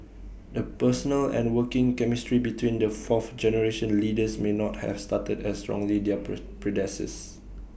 the personal and working chemistry between the fourth generation leaders may not have started as strongly their per predecessors